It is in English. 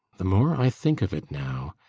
the more i think of it now,